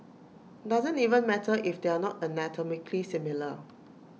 doesn't even matter if they're not anatomically similar